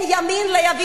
זה מתחיל